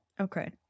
Okay